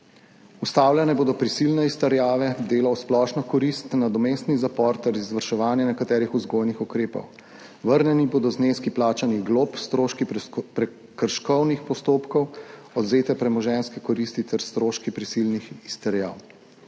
Ustavljene bodo prisilne izterjave, delo v splošno korist, nadomestni zapor ter izvrševanje nekaterih vzgojnih ukrepov, vrnjeni bodo zneski plačanih glob, stroški prekrškovnih postopkov, odvzete premoženjske koristi ter stroški prisilnih izterjav.